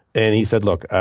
and he said, look,